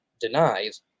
denies